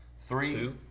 Three